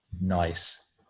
nice